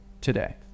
today